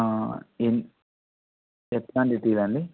ఎన్ ఎట్లాంటి టి అండి